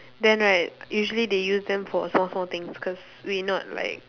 then right usually they use them for small small things cause we not like